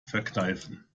verkneifen